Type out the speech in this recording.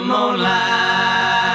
Moonlight